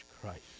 Christ